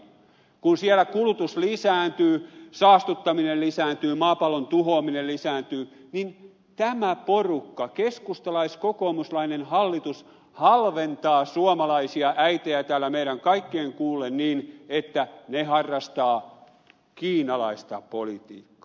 kun siellä kulutus lisääntyy saastuttaminen lisääntyy maapallon tuhoaminen lisääntyy niin tämä porukka keskustalais kokoomuslainen hallitus halventaa suomalaisia äitejä täällä meidän kaikkien kuullen niin että he harrastavat kiinalaista politiikkaa